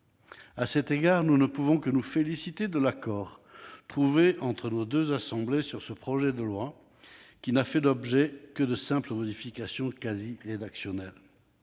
À cet égard, nous ne pouvons que nous féliciter de l'accord trouvé entre nos deux assemblées sur ce projet de loi, qui a fait l'objet de simples modifications quasi rédactionnelles.